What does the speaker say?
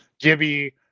Gibby